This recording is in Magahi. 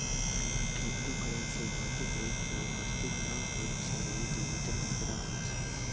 क्रिप्टो करेंसी भौतिक रूप में उपस्थित न होइ छइ इ डिजिटल मुद्रा होइ छइ